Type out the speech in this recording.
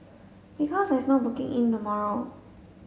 because there's no booking in tomorrow